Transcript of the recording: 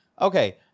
okay